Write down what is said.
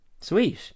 Sweet